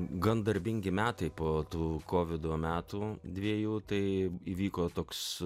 gan darbingi metai po tų kovidų metų dviejų tai įvyko toks